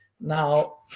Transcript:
Now